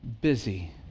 busy